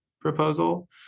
proposal